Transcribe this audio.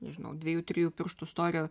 nežinau dviejų trijų pirštų storio